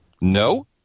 No